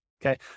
Okay